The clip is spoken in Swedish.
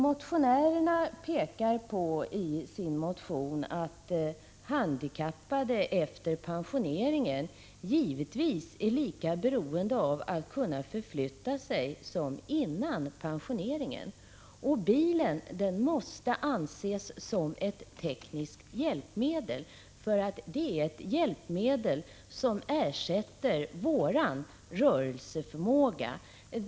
Motionärerna pekar på att handikappade efter pensioneringen givetvis är lika beroende av att kunna förflytta sig som innan de blev pensionerade och att bilen måste anses som ett tekniskt hjälpmedel. Bilen är ju ett hjälpmedel som ersätter rörelseförmågan.